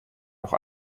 auch